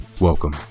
welcome